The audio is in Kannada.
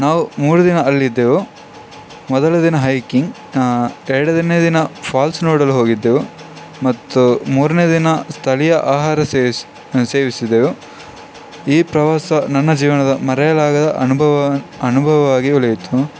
ನಾವು ಮೂರು ದಿನ ಅಲ್ಲಿದ್ದೆವು ಮೊದಲ ದಿನ ಹೈಕಿಂಗ್ ಎರಡನೇ ದಿನ ದಿನ ಫಾಲ್ಸ್ ನೋಡಲು ಹೋಗಿದ್ದೆವು ಮತ್ತು ಮೂರನೇ ದಿನ ಸ್ಥಳೀಯ ಆಹಾರ ಸೇವಿಸಿ ಸೇವಿಸಿದೆವು ಈ ಪ್ರವಾಸ ನನ್ನ ಜೀವನದ ಮರೆಯಲಾಗದ ಅನುಭವ ಅನುಭವವಾಗಿ ಉಳಿಯಿತು